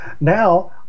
Now